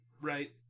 Right